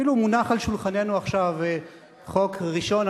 אפילו מונח על שולחננו עכשיו חוק ראשון,